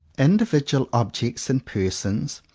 individual objects and persons,